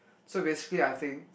so basically I think